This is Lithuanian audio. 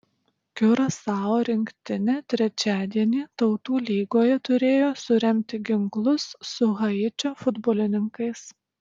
kiurasao rinktinė trečiadienį tautų lygoje turėjo suremti ginklus su haičio futbolininkais